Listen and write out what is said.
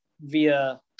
via